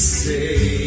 say